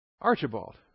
Archibald